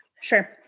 Sure